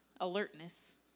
alertness